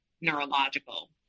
neurological